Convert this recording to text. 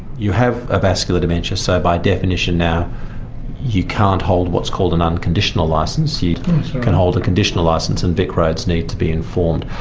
you have a vascular dementia, so by definition now you can't hold what's called an unconditional licence. you can hold a conditional licence, and vicroads need to be informed.